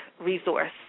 resource